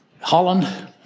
Holland